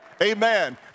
Amen